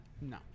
No